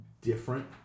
different